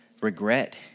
regret